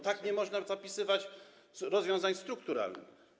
tak nie można zapisywać rozwiązań strukturalnych.